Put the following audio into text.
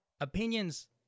opinions